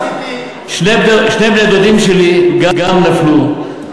גם שני בני-דודים שלי נפלו.